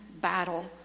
battle